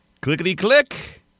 Clickety-click